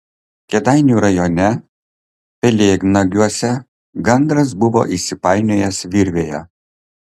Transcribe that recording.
kėdainių rajone pelėdnagiuose gandras buvo įsipainiojęs virvėje